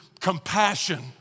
compassion